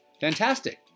Fantastic